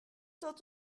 dod